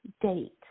date